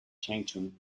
changchun